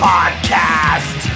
Podcast